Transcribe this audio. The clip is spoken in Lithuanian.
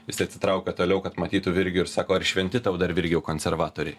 jis atsitraukė toliau kad matytų virgį ir sako ar šventi tau dar virgiau konservatoriai